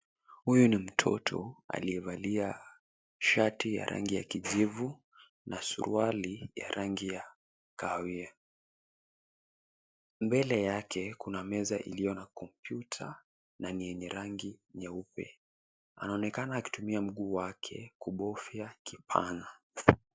Huyu ni mtoto aliyevalia shati ya rangi ya kijivu na suruali ya rangi ya kahawia. Mbele yake kuna meza iliyo na kompyuta na ni yenye rangi nyeusi. Anaonekana akitumia mguu wake kubofya kipanya.